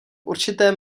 určité